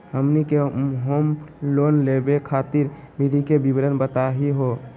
हमनी के home loan लेवे खातीर विधि के विवरण बताही हो?